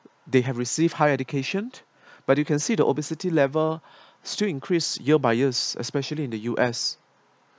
they have received high education but you can see the obesity level still increase year by years especially in the U_S